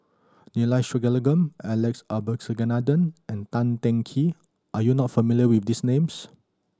Neila Sathyalingam Alex Abisheganaden and Tan Teng Kee are you not familiar with these names